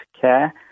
care